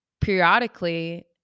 periodically